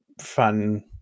fun